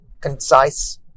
concise